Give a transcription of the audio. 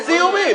איזה איומים?